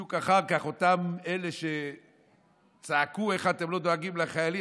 בדיוק אחר כך אותם אלה שצעקו: איך אתם לא דואגים לחיילים,